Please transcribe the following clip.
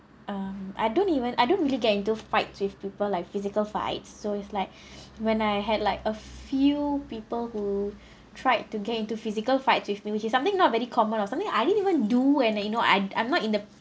um I don't even I don't really get into fights with people like physical fights so it's like when I had like a few people who tried to get into physical fights with me which is something not very common or something I didn't even do and that you know I I'm not in the